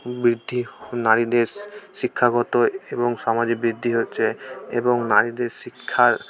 বৃদ্ধি নারীদের শিক্ষাগত এবং সমাজে বৃদ্ধি হচ্ছে এবং নারীদের শিক্ষার